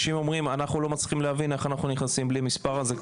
הם אומרים: אנחנו לא מצליחים להבין איך אנחנו נכנסים בלי המספר הזה.